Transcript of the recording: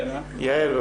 יעל,